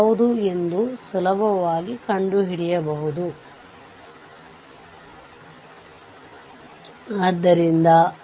Voc 20 volt ಎಂದು ನೀಡಲಾಗಿದೆ ಅಂದರೆ VThevenin Voc 20 volt